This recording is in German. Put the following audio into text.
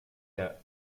der